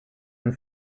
and